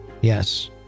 Yes